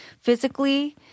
physically